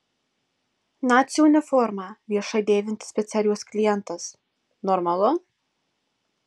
nacių uniformą viešai dėvintis picerijos klientas normalu